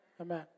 Amen